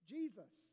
Jesus